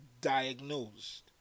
diagnosed